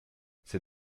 c’est